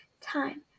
Time